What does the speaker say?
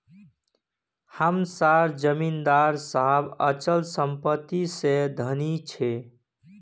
हम सार जमीदार साहब अचल संपत्ति से धनी छे